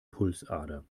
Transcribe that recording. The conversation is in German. pulsader